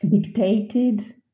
dictated